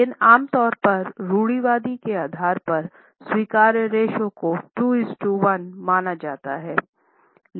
लेकिन आम तौर पर रूढ़िवाद के आधार पर स्वीकार्य रेश्यो को 21 माना जाता है